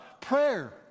prayer